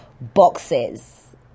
boxes